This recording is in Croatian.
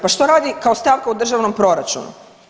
Pa što radi kao stavka u državnom proračunu?